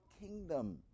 kingdom